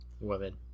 women